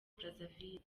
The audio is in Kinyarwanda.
brazzaville